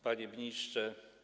Panie Ministrze!